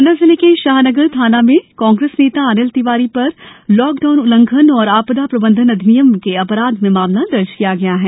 पन्ना जिले के शाहनगर थाना में कांग्रेस नेता अनिल तिवारी पर लॉक डाउन उल्लंघन एवं आपदा प्रबंधन अधिनियम के अपराध में मामला दर्ज किया गया है